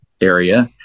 area